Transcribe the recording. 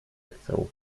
chcę